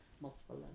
multiple